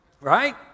Right